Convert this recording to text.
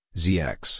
zx